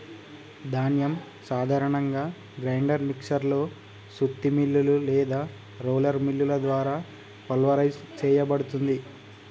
ధాన్యం సాధారణంగా grinder mixer లో సుత్తి మిల్లులు లేదా రోలర్ మిల్లుల ద్వారా పల్వరైజ్ సేయబడుతుంది